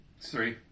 three